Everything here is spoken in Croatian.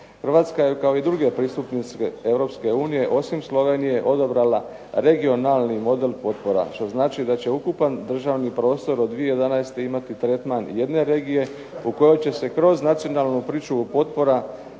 Hrvatska je kao i druge pristupnice Europske unije osim Slovenije odabrala regionalni model potpora što znači da će ukupan državni prostor od 2011. imati tretman jedne regije u kojoj će se kroz nacionalnu pričuvu potpora